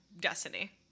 destiny